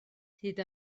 hyd